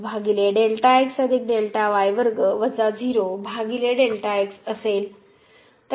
तर हा रद्द होईल